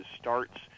starts